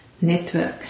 network